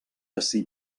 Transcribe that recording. ací